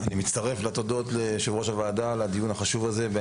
אני מצטרף לתודות ליושבת ראש הוועדה על הדיון החשוב הזה.